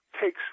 takes